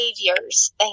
behaviors